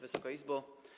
Wysoka Izbo!